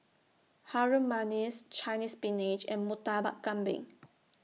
Harum Manis Chinese Spinach and Murtabak Kambing